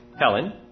Helen